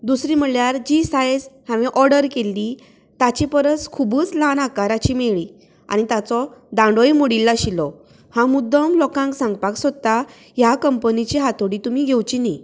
दुसरी म्हणल्यार जी सायज हांवें ऑर्डर केल्ली ताची परस खुबूच ल्हान आकाराची मेळ्ळी आनी ताचो दांडोय मोडिल्लो आशिल्लो हांव मुद्दम लोकांक सांगपाक सोदता ह्या कम्पनिची हातोडी तुमी घेवची न्ही